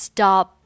Stop